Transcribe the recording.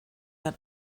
hat